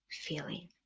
feeling